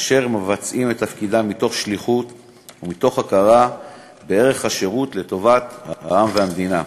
אשר מבצעים את תפקידם מתוך שליחות והכרה בערך השירות לטובת העם והמדינה.